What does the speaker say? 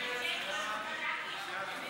להעביר את הצעת חוק הפרשנות